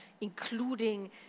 including